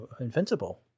Invincible